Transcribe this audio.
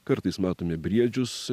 kartais matome briedžius